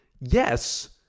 yes